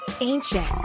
Ancient